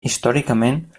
històricament